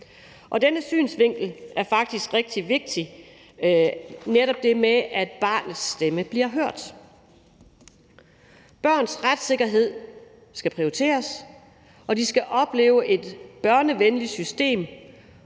Denne synsvinkel er faktisk rigtig vigtig, altså netop det med, at barnets stemme bliver hørt. Børns retssikkerhed skal prioriteres, og de skal opleve et børnevenligt system.